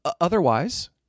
otherwise